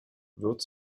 wird